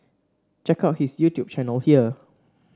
check out his YouTube channel here